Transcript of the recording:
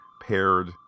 paired